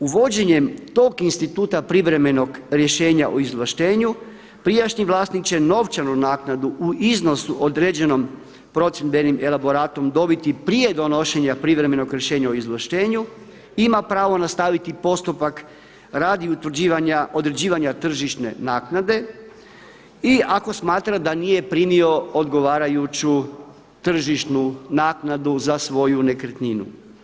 Uvođenjem tog instituta privremenog rješenja o izvlaštenju prijašnji vlasnik će novčanu naknadu u iznosu određenom procjendbenim elaboratom dobiti prije donošenja privremenog rješenja o izvlaštenju ima pravo nastaviti postupak radi utvrđivanja, određivanja tržišne naknade i ako smatra da nije primio odgovarajuću tržišnu naknadu za svoju nekretninu.